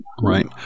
Right